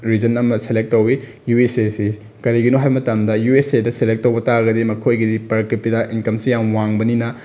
region ꯑꯃ select ꯇꯧꯏ U S ꯑꯦꯁꯤ ꯀꯔꯤꯒꯤꯅꯣ ꯍꯥꯏꯕ ꯃꯇꯝꯗ ꯌꯨ ꯑꯦꯁ ꯑꯦꯗ ꯁꯦꯂꯦꯛ ꯇꯧꯕ ꯇꯥꯔꯒꯗꯤ ꯃꯈꯣꯏꯒꯤꯗꯤ ꯄꯔ ꯀꯦꯄꯤꯇꯥ ꯏꯟꯀꯝꯁꯦ ꯌꯥꯝ ꯋꯥꯡꯕꯅꯤꯅ